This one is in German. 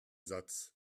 satz